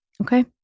Okay